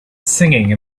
singing